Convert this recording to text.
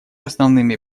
основными